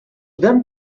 then